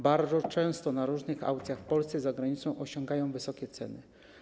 Bardzo często na różnych aukcjach w Polsce i za granicą osiągają wysokie ceny.